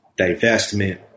divestment